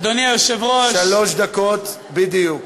אדוני היושב-ראש, שלוש דקות בדיוק.